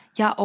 ja